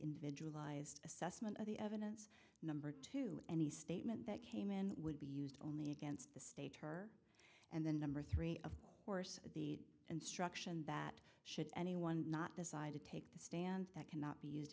individualized assessment of the evidence number two any statement that came in would be used only against the state her and then number three of course the instruction that should anyone not decide to take the stand that cannot be used